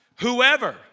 whoever